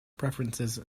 preferences